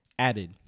Added